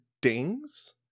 dings